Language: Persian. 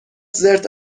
زرت